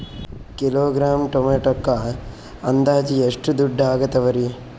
Kilogram ಟೊಮೆಟೊಕ್ಕ ಅಂದಾಜ್ ಎಷ್ಟ ದುಡ್ಡ ಅಗತವರಿ?